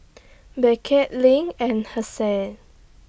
Beckett LINK and Hassie